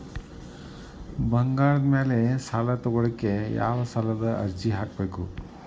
ಬಂಗಾರದ ಮ್ಯಾಲೆ ಸಾಲಾ ತಗೋಳಿಕ್ಕೆ ಯಾವ ಸಾಲದ ಅರ್ಜಿ ಹಾಕ್ಬೇಕು?